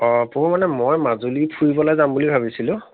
অঁ প্ৰভু মানে মই মাজুলী ফুৰিবলৈ যাম বুলি ভাবিছিলোঁ